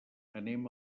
anem